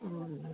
ஆ